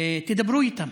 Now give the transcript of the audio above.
תדברו איתם.